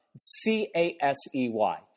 C-A-S-E-Y